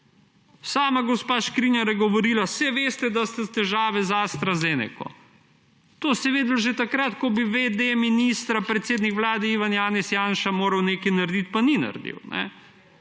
Sama gospa Škrinjar je govorila: »Saj veste, da so težave z AstraZeneco.« To se je vedelo že takrat, ko bi v. d. ministra predsednik Vlade Ivan Janez Janša moral nekaj narediti, pa ni naredil.